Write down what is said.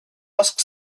ask